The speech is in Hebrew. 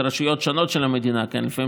אלה רשויות שונות של המדינה: לפעמים